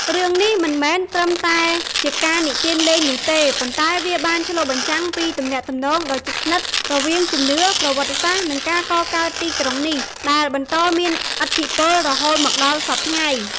រឿងនេះមិនមែនត្រឹមតែជាការនិទានលេងនោះទេ ប៉ុន្តែវាបានឆ្លុះបញ្ចាំងពីទំនាក់ទំនងដ៏ជិតស្និទ្ធរវាងជំនឿ ប្រវត្តិសាស្ត្រ និងការកកើតទីក្រុងនេះ ដែលបន្តមានឥទ្ធិពលរហូតមកដល់សព្វថ្ងៃ។